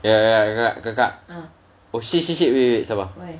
kakak kakak kakak oh shit shit shit wait wait sabar